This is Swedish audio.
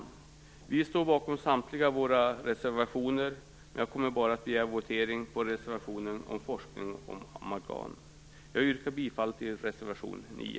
Vi står bakom samtliga våra reservationer, men jag kommer att begära votering bara på reservationen om forskning om amalgam. Jag yrkar bifall till reservation 9.